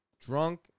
drunk